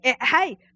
hey